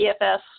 EFS